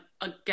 again